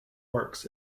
works